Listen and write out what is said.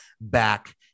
back